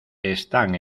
están